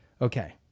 Okay